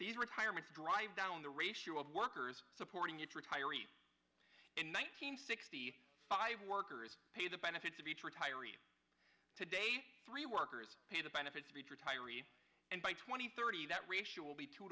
these requirements drive down the ratio of workers supporting each retirees in one hundred sixty five workers pay the benefits of each retiree today three workers pay the benefits of each retiree and by twenty thirty that ratio will be two